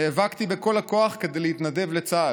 נאבקתי בכל הכוח כדי להתנדב לצה"ל,